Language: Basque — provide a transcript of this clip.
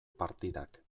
partidak